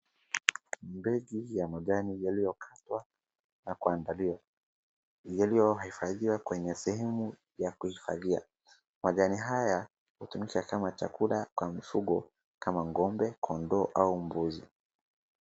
Mbegu ya majani yaliyokatwa na kuandaliwa. Yaliyohifadhiwa kwenye sehemu ya kuhifadhia. Majani haya hutumika kama chakula kwa mifugo kama ng'ombe, kondoo au mbuzi.